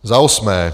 Za osmé.